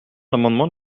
l’amendement